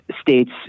states